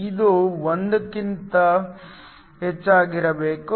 ಇದು 1 ಗಿಂತ ಹೆಚ್ಚಿರಬೇಕು